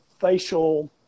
facial